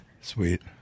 sweet